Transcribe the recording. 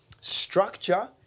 structure